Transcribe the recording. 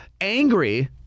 angry